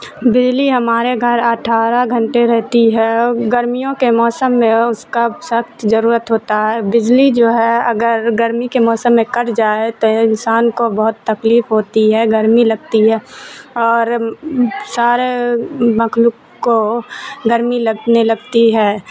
بجلی ہمارے گھر اٹھارہ گھنٹے رہتی ہے گرمیوں کے موسم میں اس کا سخت ضرورت ہوتا ہے بجلی جو ہے اگر گرمی کے موسم میں کٹ جائے تو انسان کو بہت تکلیف ہوتی ہے گرمی لگتی ہے اور سارے مخلوق کو گرمی لگنے لگتی ہے